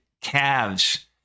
calves